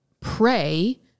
pray